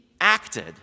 acted